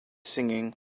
singing